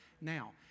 Now